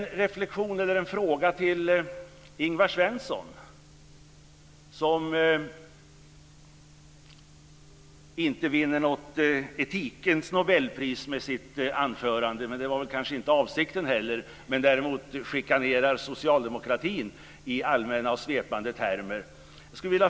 Jag har en fråga till Ingvar Svensson, som inte vinner något etikens nobelpris med sitt anförande - vilket kanske inte heller var avsikten - men som däremot chikanerar socialdemokratin i allmänna och svepande termer.